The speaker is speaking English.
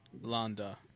Landa